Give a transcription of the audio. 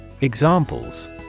Examples